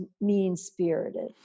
mean-spirited